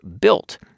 built